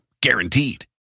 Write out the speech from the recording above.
Guaranteed